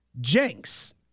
Jenks